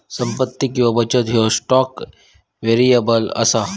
संपत्ती किंवा बचत ह्यो स्टॉक व्हेरिएबल असा